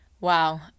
Wow